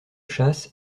chasse